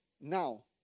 now